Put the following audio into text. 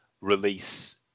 release